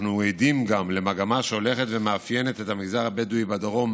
אנחנו גם עדים למגמה שהולכת ומאפיינת את המגזר הבדואי בדרום